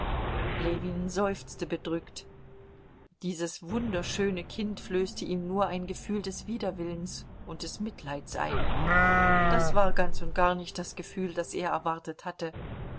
ljewin seufzte bedrückt dieses wunderschöne kind flößte ihm nur ein gefühl des widerwillens und des mitleids ein das war ganz und gar nicht das gefühl das er erwartet hatte